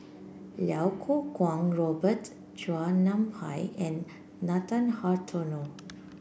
Iau Kuo Kwong Robert Chua Nam Hai and Nathan Hartono